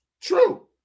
True